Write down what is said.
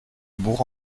bourg